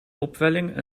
opwelling